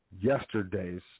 yesterday's